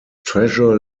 treasure